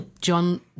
John